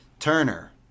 Turner